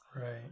Right